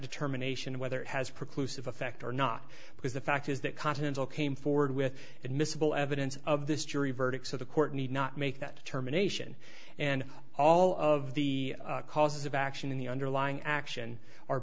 determination whether it has precludes effect or not because the fact is that continental came forward with admissible evidence of this jury verdict so the court need not make that determination and all of the causes of action in the underlying action are